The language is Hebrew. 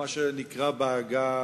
מה שנקרא בעגה